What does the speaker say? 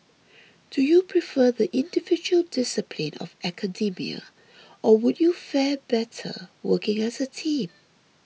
do you prefer the individual discipline of academia or would you fare better working as a team